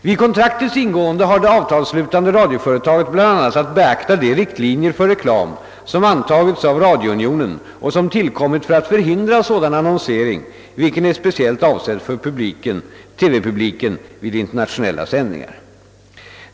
Vid kontraktets ingående har det avtalsslutande radioföretaget bl.a. att beakta de riktlinjer för reklam, som antagits av radiounionen och som tillkommit för att förhindra sådan annonsering, vilken är speciellt avsedd för TV-publiken vid internationella sändningar.